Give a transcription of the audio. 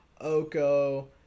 oko